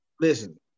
Listen